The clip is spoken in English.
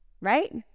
right